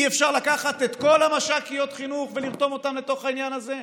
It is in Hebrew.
אי-אפשר לקחת את כל המש"קיות חינוך ולרתום אותן לתוך העניין הזה,